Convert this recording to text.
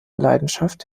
leidenschaft